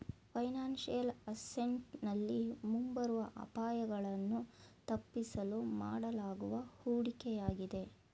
financial asset ನಲ್ಲಿ ಮುಂಬರುವ ಅಪಾಯಗಳನ್ನು ತಪ್ಪಿಸಲು ಮಾಡಲಾಗುವ ಹೂಡಿಕೆಯಾಗಿದೆ